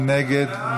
מי נגד?